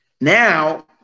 Now